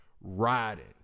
Riding